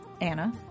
Anna